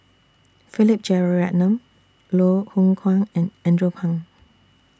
Philip Jeyaretnam Loh Hoong Kwan and Andrew Phang